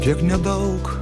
kiek nedaug